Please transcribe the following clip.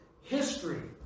history